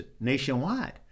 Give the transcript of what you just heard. nationwide